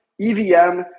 EVM